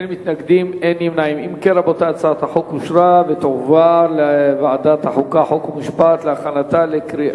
התשע"א 2010, לוועדת החוקה, חוק ומשפט נתקבלה.